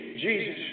Jesus